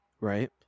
Right